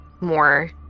more